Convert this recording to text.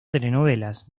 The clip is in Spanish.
telenovelas